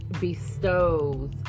bestows